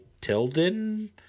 Tilden